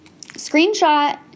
Screenshot